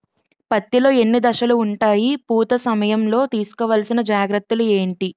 పత్తి లో ఎన్ని దశలు ఉంటాయి? పూత సమయం లో తీసుకోవల్సిన జాగ్రత్తలు ఏంటి?